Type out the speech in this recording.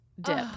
dip